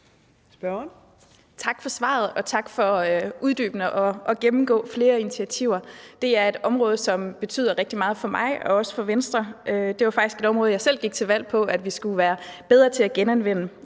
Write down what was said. Tak for svaret, og tak for uddybende at gennemgå flere initiativer. Det er et område, som betyder rigtig meget for mig og for Venstre. Det var faktisk et område, som jeg selv gik til valg på, nemlig at vi skulle være bedre til at genanvende.